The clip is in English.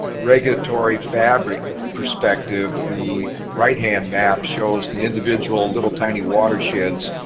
regulatory fabric perspective the right hand map shows the individual little tiny watersheds,